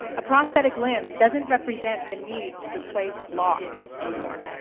a prosthetic limb doesn't represent the need to replace loss anymore.